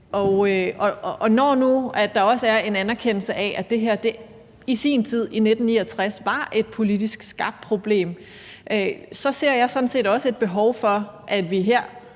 Og når nu der også er en anerkendelse af, at det her i sin tid, i 1969, var et politisk skabt problem, så ser jeg sådan set også et behov for, at vi her